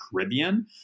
Caribbean